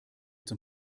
zum